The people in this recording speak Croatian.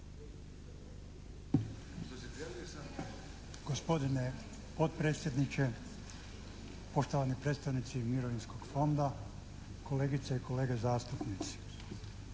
Gospodine potpredsjedniče! Poštovani predstavnici mirovinskog fonda! Kolegice i kolege zastupnici!